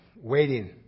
waiting